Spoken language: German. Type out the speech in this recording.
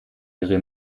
ihre